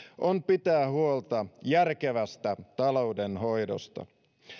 on pitää huolta järkevästä taloudenhoidosta